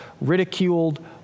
ridiculed